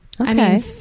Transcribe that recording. Okay